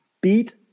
beat